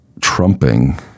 trumping